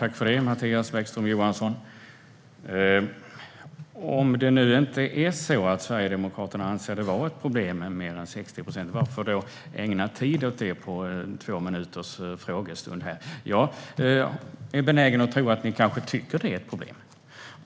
Herr talman! Varför ägna två minuter åt detta om Sverigedemokraterna nu inte anser att det är problem med mer än 60 procent kvinnor? Jag är benägen att tro att ni kanske tycker att det är ett problem.